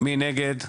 מי נגד?